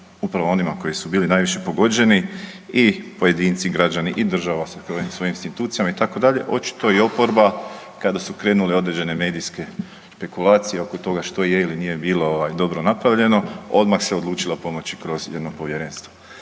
upravo onima koji su bili najviše pogođeni i pojedinci, i građani, i država sa … svojim institucijama itd. očito je oporba kada su krenule određene medijske spekulacije oko toga što je ili nije bilo dobro napravljeno odmah se odlučilo pomoći kroz jedno povjerenstvo